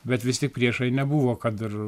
bet vis tiek priešai nebuvo kad ir